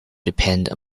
depend